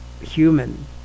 human